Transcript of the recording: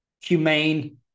humane